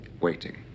Waiting